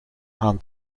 aan